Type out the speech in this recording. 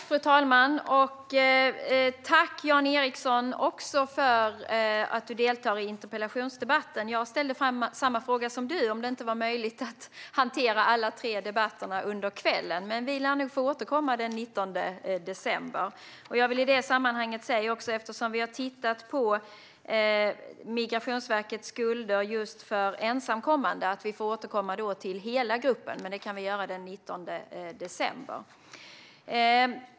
Fru talman! Tack, Jan Ericson, för att du deltar i interpellationsdebatten! Jag ställde samma fråga som du om det inte var möjligt att hantera alla tre debatterna under kvällen. Men vi lär nog få återkomma den 19 december. Vi har tittat på Migrationsverkets skulder just för ensamkommande. Vi får återkomma till hela gruppen. Det kan vi göra den 19 december.